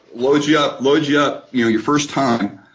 load you up, load you up, you know your first time,